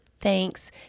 thanks